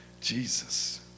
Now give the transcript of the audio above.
Jesus